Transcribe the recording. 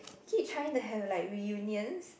keep trying to have like reunions